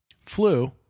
Flu